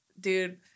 dude